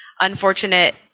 unfortunate